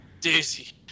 Daisy